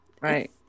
right